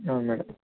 అవును మ్యాడం